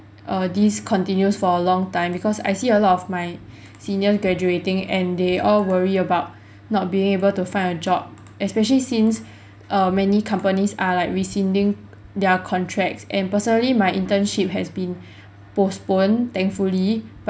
err this continues for a long time because I see a lot of my seniors graduating and they all worry about not being able to find a job especially since err many companies are like rescinding their contracts and personally my internship has been postponed thankfully